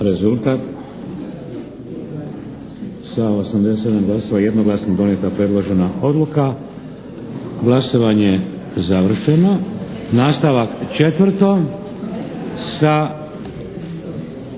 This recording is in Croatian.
Rezultat. Sa 87 glasova jednoglasno donijeta predložena odluka. Glasovanje završeno. Nastavak 4. sa